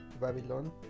Babylon